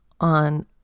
on